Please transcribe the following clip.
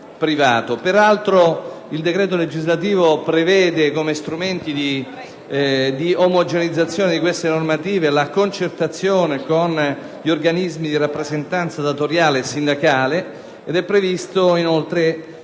Peraltro, il decreto legislativo prevede come strumenti di omogeneizzazione di queste normative la concertazione con gli organismi di rappresentanza datoriale e sindacale, nonché il parere